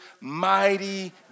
Mighty